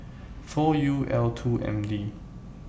four U L two M D